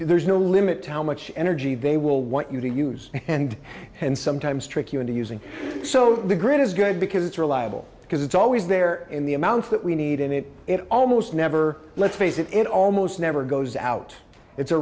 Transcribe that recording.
there's no limit to how much energy they will want you to use and and sometimes trick you into using so the grid is good because it's reliable because it's always there in the amounts that we need and it almost never lets face it it almost never goes out it's a